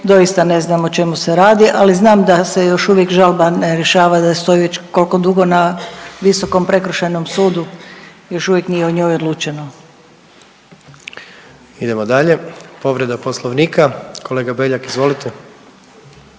doista ne znam o čemu se radi. Ali znam da se još uvijek žalba ne rješava da stoji već kolko dugo na Visokom prekršajnom sudu još uvijek nije o njoj odlučeno. **Jandroković, Gordan (HDZ)** Idemo dalje. Povreda poslovnika. Kolega Beljak, izvolite.